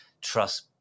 trust